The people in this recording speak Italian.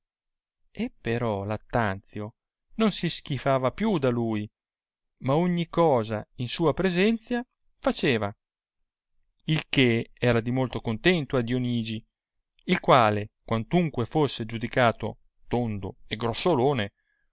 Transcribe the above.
e però lattanzio non si schifava più da lui ma ogni cosa in sua presenzia faceva il che era di molto contento a dionigi il quale quantunque fosse giudicato tondo e